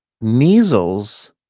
measles